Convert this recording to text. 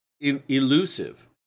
Elusive